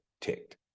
ticked